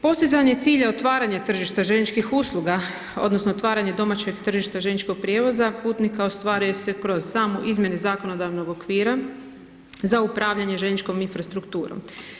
Postizanje cilja otvaranja tržišta željezničkih usluga odnosno otvaranje domaćeg tržišta željezničkog prijevoza putnika ostvaruje se kroz samo izmjene zakonodavnog okvira za upravljanje željezničkom infrastrukturom.